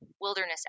wilderness